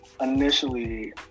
initially